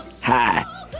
Hi